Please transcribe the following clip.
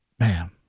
Man